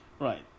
Right